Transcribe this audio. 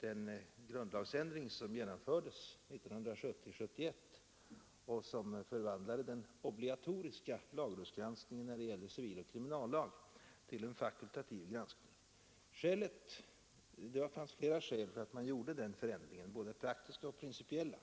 den grundlagsändring som genomfördes 1970—1971 och som förvandlade den obligatoriska lagrådsgranskningen när det gäller civiloch kriminallag till en fakultativ granskning. Det det fanns både praktiska och principiella skäl för att göra den förändringen.